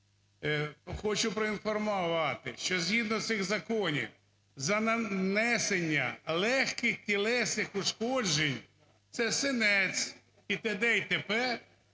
хочу проінформувати, що згідно цих законів за нанесення легких тілесних ушкоджень – це синець і т.д. і т. п.